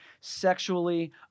sexually